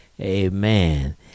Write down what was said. amen